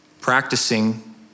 practicing